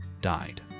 died